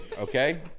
okay